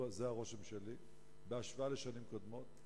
זה הרושם שלי, בהשוואה לשנים קודמות.